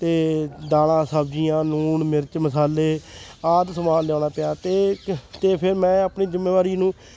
ਅਤੇ ਦਾਲਾਂ ਸਬਜ਼ੀਆਂ ਲੂਣ ਮਿਰਚ ਮਸਾਲੇ ਆਦਿ ਸਮਾਨ ਲਿਆਉਣਾ ਪਿਆ ਅਤੇ ਅਤੇ ਫਿਰ ਮੈਂ ਆਪਣੀ ਜ਼ਿੰਮੇਵਾਰੀ ਨੂੰ